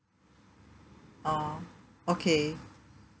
orh okay